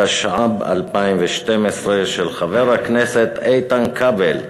התשע"ב 2012, של חבר הכנסת איתן כבל.